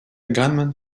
gunman